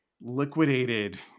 liquidated